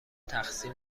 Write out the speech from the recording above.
تقسیم